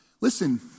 listen